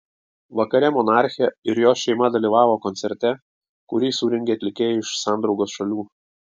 vakare monarchė ir jos šeima dalyvavo koncerte kurį surengė atlikėjai iš sandraugos šalių